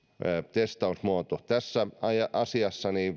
testausmuoto tässä asiassa